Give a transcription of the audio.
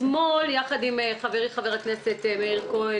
אתמול יחד עם חברי חבר הכנסת מאיר כהן